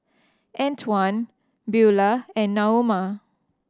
Antwan Beulah and Naoma